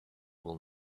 will